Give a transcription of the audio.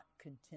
content